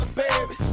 baby